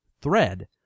thread